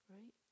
Right